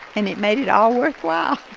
and it made it all worthwhile